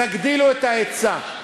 תגדילו את ההיצע,